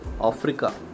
Africa